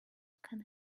can